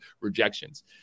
rejections